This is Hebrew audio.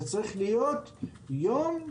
זה צריך להיות יום עולמי,